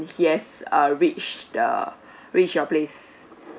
he has uh reach the reach your place